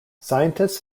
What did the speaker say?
scientists